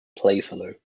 playfellow